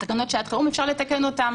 תקנות שעת חירום אפשר לתקן אותן.